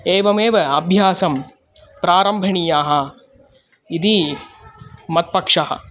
एवमेव अभ्यासं प्रारम्भनीयम् इति मत्पक्षः